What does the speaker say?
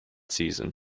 season